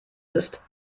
ist